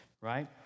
right